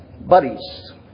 buddies